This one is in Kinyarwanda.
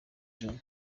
joro